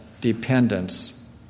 dependence